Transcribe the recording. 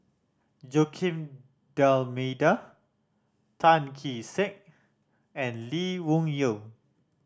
Joaquim D'Almeida Tan Kee Sek and Lee Wung Yew